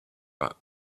but